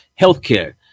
healthcare